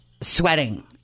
sweating